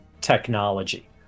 technology